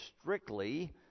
strictly